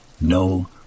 No